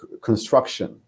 construction